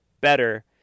better